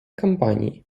кампанії